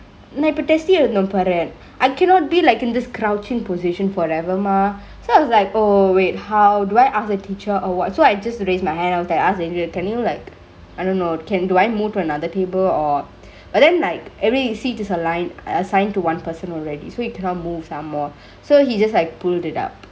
நா இப்போ:naa ippo test எழுதுனு பாரு:ezhutunu paaru I cannot be like in this crouchingk position forever mah so I was like oh wait how do I ask the teacher or what so I just raise my hand and I asked the teacher can you like I don't know can do I need to move to another table or but then like every seat is aligned assigned to one person already so you cannot move some more so he just like pulled it up